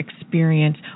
experience